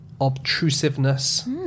obtrusiveness